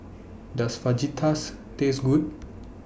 Does Fajitas Taste Good